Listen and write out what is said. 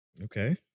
Okay